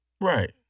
Right